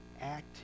act